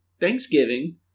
Thanksgiving